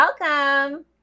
welcome